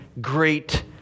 great